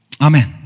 Amen